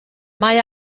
mae